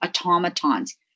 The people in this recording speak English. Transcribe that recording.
automatons